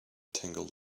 tangled